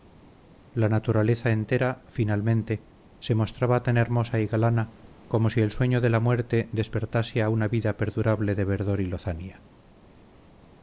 la naturaleza entera finalmente se mostraba tan hermosa y galana como si del sueño de la muerte despertase a una vida perdurable de verdor y lozanía